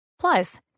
Plus